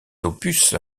opus